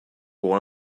pour